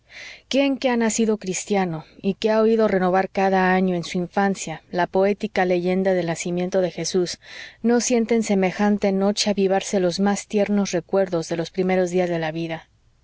quién que ha nacido cristiano y que ha oído renovar cada año en su infancia la poética leyenda del nacimiento de jesús no siente en semejante noche avivarse los más tiernos recuerdos de los primeros días de la vida